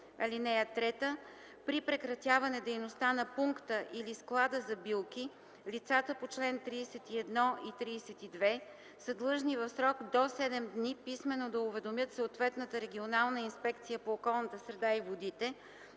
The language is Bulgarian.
32. (3) При прекратяване дейността на пункта или склада за билки лицата по чл. 31 и 32 са длъжни в срок до 7 дни писмено да уведомят съответната регионална инспекция по околната среда и водите,